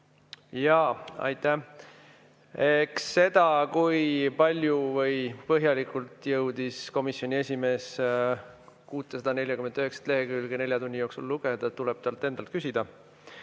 Jaa, aitäh! Eks seda, kui palju või põhjalikult jõudis komisjoni esimees 649 lehekülge nelja tunni jooksul lugeda, tuleb temalt endalt küsida.